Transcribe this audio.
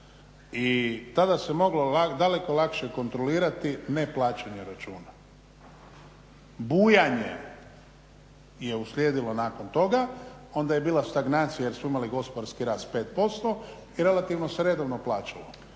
I tada se moglo daleko lakše kontrolirati neplaćanje računa. Bujanje je uslijedilo nakon tog, onda je bila stagnacija jer smo imali gospodarski rast 5% i relativno se redovno plaćalo.